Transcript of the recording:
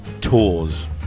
tours